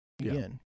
again